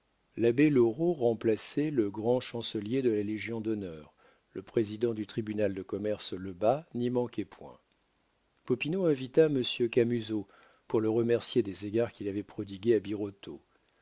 loraux remplaçait le grand chancelier de la légion-d'honneur le président du tribunal de commerce lebas n'y manquait point popinot invita monsieur camusot pour le remercier des égards qu'il avait prodigués à